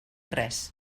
res